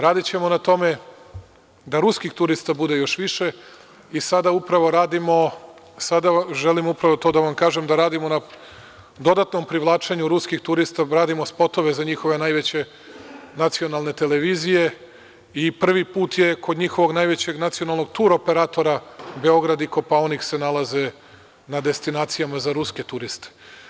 Radićemo na tome da ruskih turista bude još više i sada želim upravo da vam kažem da radimo na dodatnom privlačenju ruskih turista, da radimo spotove za njihove najveće nacionalne televizije i prvi put kod njihovog nacionalnog turoperatora Beograd i Kopaonik se nalaze na destinacijama za ruske turiste.